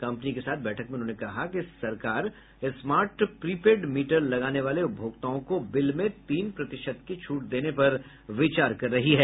company के साथ बैठक में उन्होंने कहा कि सरकार स्मार्ट प्री पेड मीटर लगाने वाले उपभोक्ताओं को बिल में तीन प्रतिशत की छूट देने पर विचार कर रही है